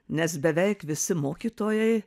nes beveik visi mokytojai